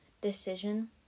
decision